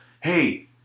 hey